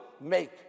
make